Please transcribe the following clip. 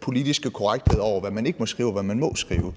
politiske korrekthed, med hensyn til hvad man ikke må skrive, og hvad man må skrive.